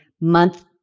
month